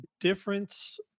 difference